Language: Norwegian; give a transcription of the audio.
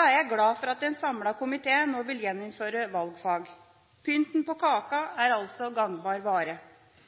er jeg glad for at en samlet komité nå vil gjeninnføre valgfag. «Pynten på kaka» er altså gangbar vare.